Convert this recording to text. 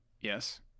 Yes